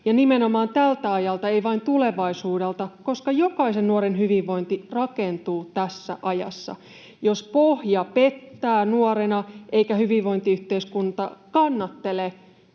nimenomaan tältä ajalta, ei vain tulevaisuudelta, koska jokaisen nuoren hyvinvointi rakentuu tässä ajassa? Jos pohja pettää nuorena eikä hyvinvointiyhteiskunta kannattele